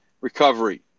recovery